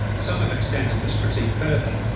some have extended this critique further,